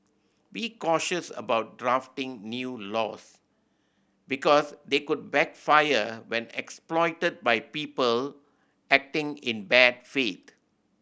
be cautious about drafting new laws because they could backfire when exploited by people acting in bad faith